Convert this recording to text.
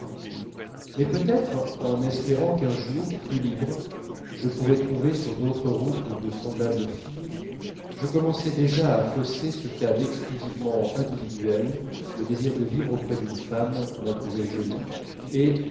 mais peut-être en espérant qu'un jour plus libre je pourrais trouver sur d'autres routes de semblables filles je commençais déjà à fausser ce qu'a d'exclusivement individuel le désir de vivre auprès d'une femme qu'on a trouvé jolie et